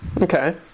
Okay